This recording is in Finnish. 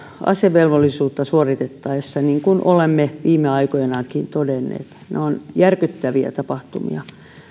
asevelvollisuutta suoritettaessa niin kuin olemme viime aikoinakin todenneet ne ovat järkyttäviä tapahtumia